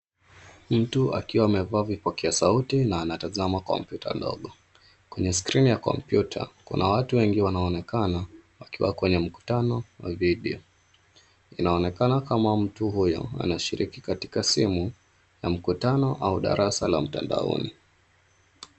Mtu akiwa amevaa vipokea sauti na anatazama kompyuta ndogo. Kwenye skrini ya kompyuta kuna watu wengi wanaonekana wakiwa kwenye mkutano wa video. Inaonekana kama mtu huyo anashiriki katika simu na mkutano au darasa la mtandaoni